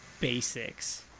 basics